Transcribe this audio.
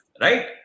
Right